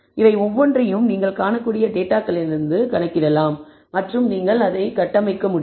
எனவே இவை ஒவ்வொன்றையும் நீங்கள் காணக்கூடிய டேட்டாகளிலிருந்து கணக்கிடலாம் மற்றும் நீங்கள் கட்டமைக்க முடியும்